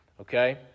Okay